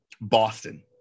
Boston